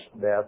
death